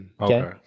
Okay